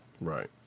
Right